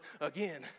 again